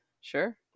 sure